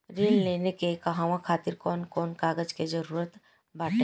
ऋण लेने के कहवा खातिर कौन कोन कागज के जररूत बाटे?